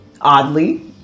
oddly